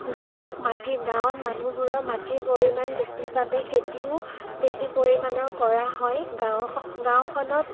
গাঁৱৰ মাটি গাঁৱত মানুহবোৰৰ মাটিৰ পৰিমাণ বেছি বাবে খেতিও বেছি পৰিমাণৰ কৰা হয় গাঁও গাঁওখনত